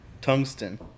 tungsten